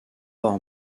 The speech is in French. hors